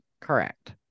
Correct